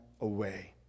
away